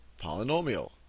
polynomial